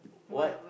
what